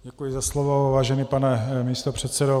Děkuji za slovo, vážený pane místopředsedo.